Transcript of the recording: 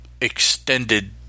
extended